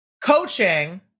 coaching